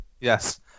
Yes